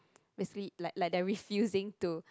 basically like like they are refusing to